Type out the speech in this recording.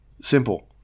Simple